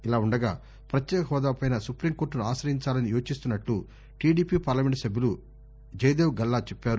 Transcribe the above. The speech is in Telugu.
ఇదిలా ఉండగా ప్రత్యేక హోదాపై సుపీంకోర్టును ఆశయించాలని యోచిస్తున్నట్లు టిడిపి పార్లమెంట్ సభ్యులు జయదేవ్ గల్లా చెప్పారు